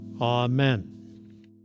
amen